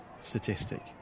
statistic